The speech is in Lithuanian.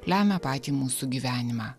lemia patį mūsų gyvenimą